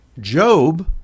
Job